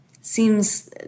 seems